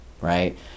right